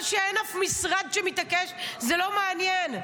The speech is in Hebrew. אבל כשאין אף משרד שמתעקש, זה לא מעניין.